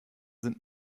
sind